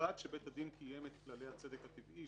ובלבד שבית הדין קיים את כללי הצדק הטבעי.